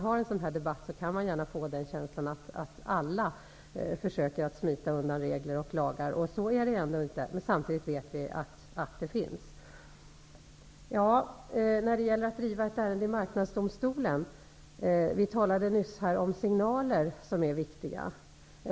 I en sådan här debatt kan man lätt få känslan att alla försöker smita undan regler och lagar. Så är det ändå inte, även om det förekommer i en del fall. Vi talade nyss om signaler som är viktiga.